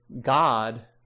God